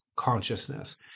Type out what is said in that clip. Consciousness